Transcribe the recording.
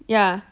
ya